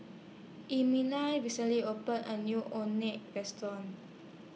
recently opened A New Orh Nee Restaurant